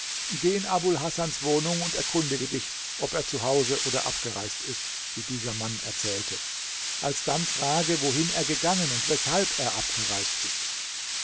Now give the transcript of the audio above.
geh in abul hasans wohnung und erkundige dich ob er zu hause oder abgereist ist wie dieser mann erzählte alsdann frage wohin er gegangen und weshalb er abgereist ist